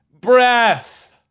breath